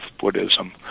buddhism